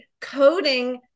coding